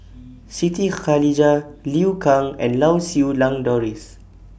Siti Khalijah Liu Kang and Lau Siew Lang Doris